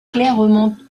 clairement